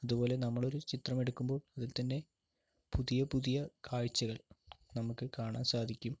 അതുപോലെ നമ്മൾ ഒരു ചിത്രം എടുക്കുമ്പോൾ അതുപോലെ തന്നെ പുതിയ പുതിയ കാഴ്ചകൾ നമുക്ക് കാണാൻ സാധിക്കും